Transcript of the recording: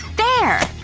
there!